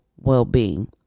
well-being